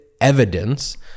evidence